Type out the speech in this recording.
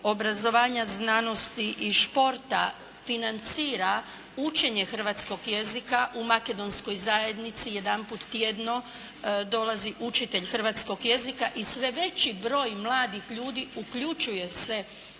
obrazovanja, znanosti i športa financira učenje hrvatskog jezika u makedonskoj zajednici jedanput tjedno dolazi učitelj hrvatskog jezika i sve veći broj mladih ljudi uključuje se